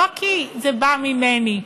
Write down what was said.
לא כי זה בא ממני.